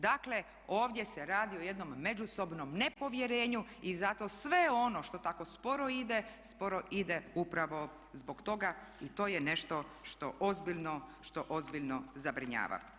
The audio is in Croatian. Dakle ovdje se radi o jednom međusobnom nepovjerenju i zato sve ono što tako sporo ide, sporo ide upravo zbog toga i to je nešto što ozbiljno zabrinjava.